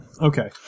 Okay